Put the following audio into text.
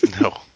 No